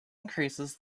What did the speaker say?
increases